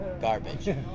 garbage